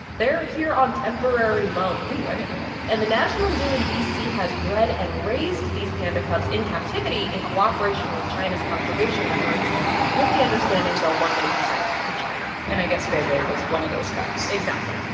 they're here on temporary loan ooh, i didn't know that and the national zoo in d c. has bred and raised these panda cubs in captivity in cooperation with china's conservation efforts with the understanding they'll one day be sent to china and i guess bei bei was one of those cubs exactly.